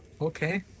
okay